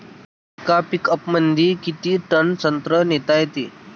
येका पिकअपमंदी किती टन संत्रा नेता येते?